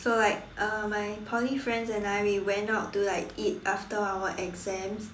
so like uh my Poly friends and I we went out to like eat after our exams